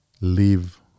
live